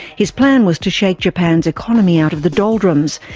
his plan was to shake japan's economy out of the doldrums,